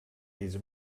his